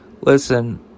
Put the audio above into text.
listen